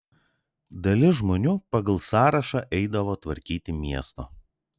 dalis žmonių pagal sąrašą eidavo tvarkyti miesto